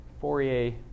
Fourier